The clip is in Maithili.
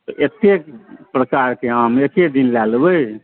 एतेक प्रकारके आम एके दिन लऽ लेबै